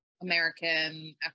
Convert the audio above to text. American